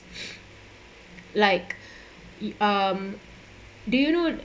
like um do you know